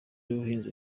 w’ubuhinzi